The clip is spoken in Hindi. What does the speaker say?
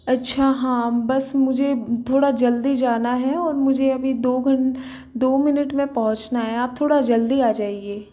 अच्छा हाँ बस मुझे थोड़ा जल्दी जाना है और मुझे अभी दो घन दो मिनट में पहुँचना है आप थोड़ा जल्दी आ जाइए